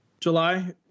july